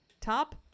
top